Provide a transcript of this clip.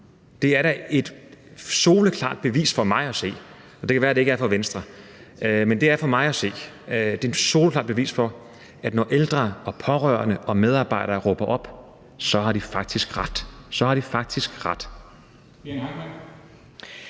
Det er da for mig at se – det kan være, det ikke er det for Venstre – et soleklart bevis på, at når ældre og pårørende og medarbejdere råber op, så har de faktisk ret. De har faktisk ret.